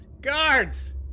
Guards